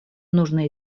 нужно